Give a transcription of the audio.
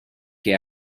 che